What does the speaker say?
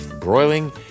broiling